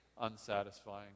unsatisfying